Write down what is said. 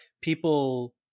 people